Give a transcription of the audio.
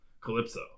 Calypso